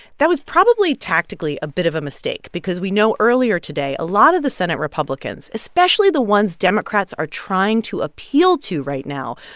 that was probably tactically a bit of a mistake because we know earlier today, a lot of the senate republicans, especially the ones democrats are trying to appeal to right now,